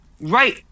Right